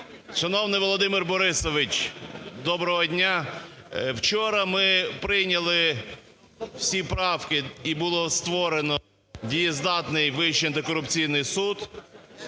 Шановний Володимир Борисович, доброго дня! Вчора ми прийняли всі правки і було створено дієздатний Вищий антикорупційний суд,